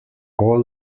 all